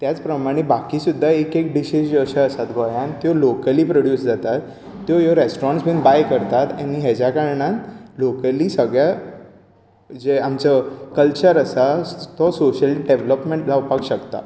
त्याच प्रमाणे बाकी सुद्दा एक एक डीश अश्यो आसात गोंयांत त्यो लोकली प्रड्यूस जातात त्यो ह्यो रेस्टॉरंट्स बी बाय करतात आनी हेज्या कारणान लोकली सगळ्या जे आमचो कल्चर आसा तो सोशियल डेवेल्पमेंट जावपाक शकता